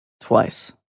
Twice